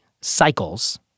cycles